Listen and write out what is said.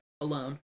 alone